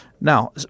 Now